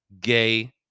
Gay